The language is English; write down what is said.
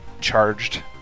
charged